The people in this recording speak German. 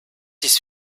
ist